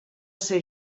ser